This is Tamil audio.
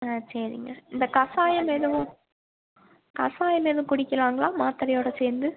ஆ சரிங்க இந்த கஷாயம் எதுவும் கஷாயம் எதுவும் குடிக்கலாங்களா மாத்திரையோட சேர்ந்து